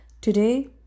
Today